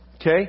Okay